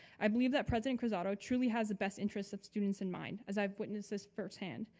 i believed that president cruzado truly has a best interest of students in mind as i've witnessed this firsthand.